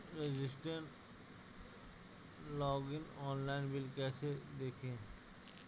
Registration login online bill कैसे देखें?